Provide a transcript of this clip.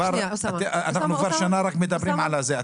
אנחנו כבר שנה מדברים על זה,